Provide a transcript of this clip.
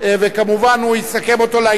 וכמובן, הוא יסכם אותו לעניין.